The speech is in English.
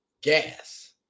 gas